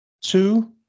two